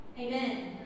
Amen